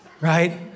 right